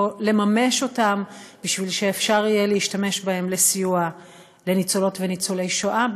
או לממש אותם כדי שיהיה אפשר להשתמש בהם לסיוע לניצולות וניצולי השואה.